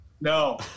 No